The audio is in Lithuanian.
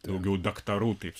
daugiau daktarų taip